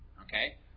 okay